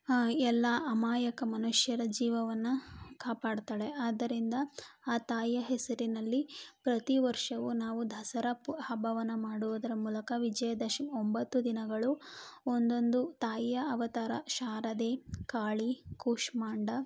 ಎಲ್ಲ ಅಮಾಯಕ ಮನುಷ್ಯರ ಜೀವವನ್ನು ಕಾಪಾಡ್ತಾಳೆ ಆದ್ದರಿಂದ ಆ ತಾಯಿಯ ಹೆಸರಿನಲ್ಲಿ ಪ್ರತಿ ವರ್ಷವು ನಾವು ದಸರಾ ಪ ಹಬ್ಬವನ್ನು ಮಾಡುವುದರ ಮೂಲಕ ವಿಜಯ ದಶಮಿ ಒಂಬತ್ತು ದಿನಗಳು ಒಂದೊಂದು ತಾಯಿಯ ಅವತಾರ ಶಾರದೆ ಕಾಳಿ ಕೂಶ್ಮಾಂಡ